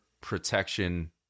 protection